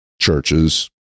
churches